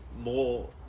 more